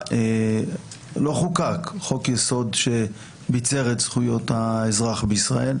לא חוקק חוק יסוד שביצר את זכויות האזרח בישראל,